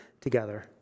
together